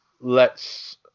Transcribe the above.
lets